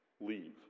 leave